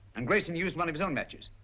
and grayson used one of his own matches?